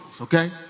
okay